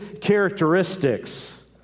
characteristics